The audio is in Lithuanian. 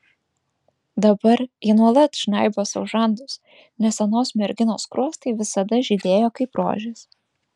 dabar ji nuolat žnaibo sau žandus nes anos merginos skruostai visada žydėjo kaip rožės